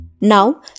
Now